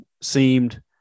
seemed